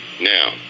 Now